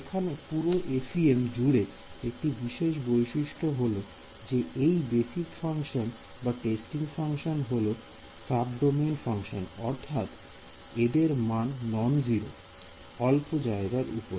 এখন পুরো FEM জুড়ে একটি বিশেষ বৈশিষ্ট্য হল যে এই বেসিক ফাংশন বা টেস্টিং ফাংশন হল সাবডোমেইন ফাংশন অর্থাৎ এদের মান নন 0 অল্প জায়গার উপরে